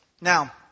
Now